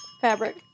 Fabric